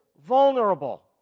vulnerable